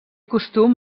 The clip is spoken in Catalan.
costum